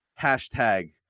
Hashtag